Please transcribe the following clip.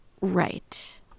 Right